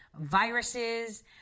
viruses